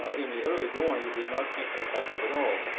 ah in the early going, it was not effective at all.